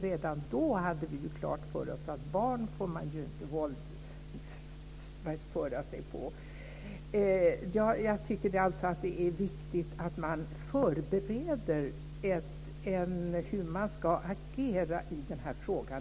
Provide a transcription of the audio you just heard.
Redan då hade vi ju klart för oss att man inte får våldföra sig på barn. Jag tycker alltså att det är viktigt att man förbereder hur man ska agera i denna fråga.